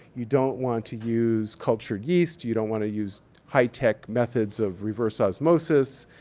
you don't want to use cultured yeast. you don't wanna use high-tech methods of reverse osmosis.